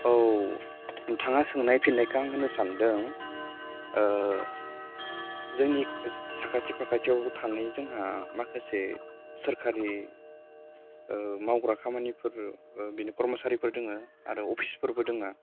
औ नोंथाङा सोंनायनि फिनायखौ आं होनो सान्दों जोंनि साखाथि फाखाथियाव थानाय जोंहा माखासे सोरखारि मावग्रा खामानिफोर बा करमसारिफोर दङ आरो अफिसफोरबो दङ